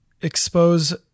expose